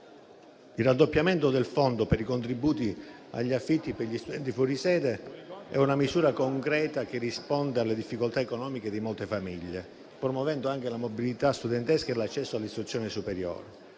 Il raddoppiamento del fondo per i contributi agli affitti per gli studenti fuori sede è una misura concreta che risponde alle difficoltà economiche di molte famiglie, promuovendo anche la mobilità studentesca e l'accesso all'istruzione superiore.